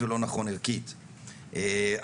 ואני אקצר,